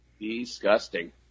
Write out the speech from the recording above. Disgusting